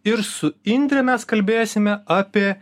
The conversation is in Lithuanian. ir su indre mes kalbėsime apie